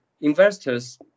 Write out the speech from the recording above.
investors